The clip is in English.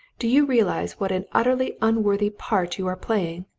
do you realize what an utterly unworthy part you are playing?